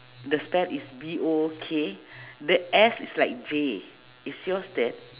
the spell is B O O K the S is like J is yours that